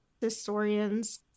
historians